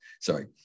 Sorry